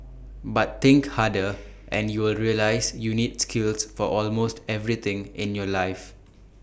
but think harder and you will realise you need skills for almost everything in your life